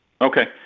okay